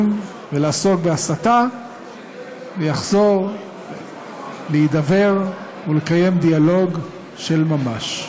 ולעסוק בהסתה ויחזור להידבר ולקיים דיאלוג של ממש.